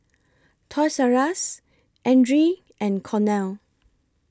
Toys R US Andre and Cornell